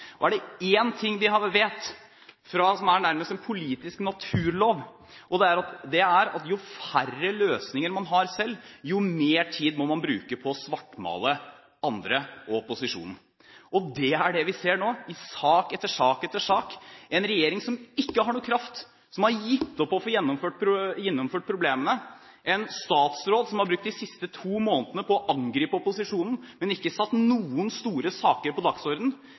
Er det én ting vi vet, som nærmest er en politisk naturlov, er det at jo færre løsninger man har selv, jo mer tid må man bruke på å svartmale andre og opposisjonen. Det er det vi ser nå – i sak etter sak etter sak: Vi ser en regjering som ikke har noen kraft, som har gitt opp å få løst problemene, en statsråd som har brukt de siste to månedene på å angripe opposisjonen, men ikke satt noen store saker på